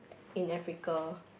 in Africa